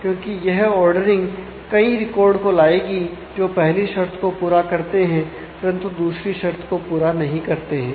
क्योंकि यह ओर्डरिंग कई रिकॉर्ड को लाएगी जो पहली शर्त को पूरा करते हैं परंतु दूसरी शर्त को पूरा नहीं करते हैं